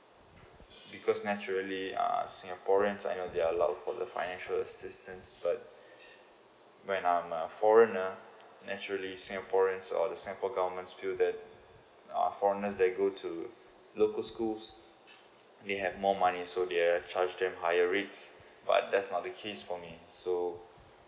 because naturally uh singaporeans I know they are allowed for the financial assistant but when I'm a foreigner naturally singaporeans or the singapore government feel that uh foreigner they go to local schools they have more money so they are charge them higher rates but that's not the case for me so